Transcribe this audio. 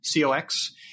COX